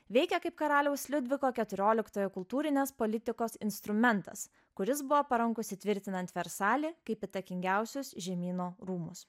veikė kaip karaliaus liudviko keturioliktojo kultūrinės politikos instrumentas kuris buvo parankus įtvirtinant versalį kaip įtakingiausius žemyno rūmus